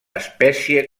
espècie